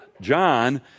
John